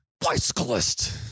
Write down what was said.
bicyclist